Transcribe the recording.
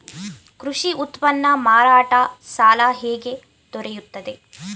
ಕೃಷಿ ಉತ್ಪನ್ನ ಮಾರಾಟ ಸಾಲ ಹೇಗೆ ದೊರೆಯುತ್ತದೆ?